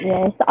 Yes